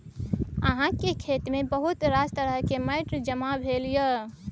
अहाँक खेतमे बहुत रास तरहक माटि जमा भेल यै